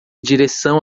direção